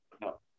No